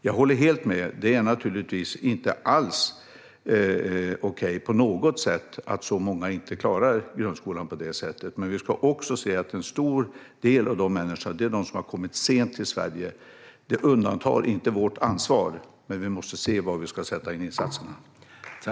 Jag håller helt med om att det naturligtvis inte på något sätt är okej att så många inte klarar grundskolan, men vi ska också se att en stor del av den här gruppen är de som har kommit sent till Sverige. Det undantar inte vårt ansvar, men vi måste se var vi ska sätta in insatserna.